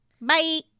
bye